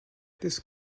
this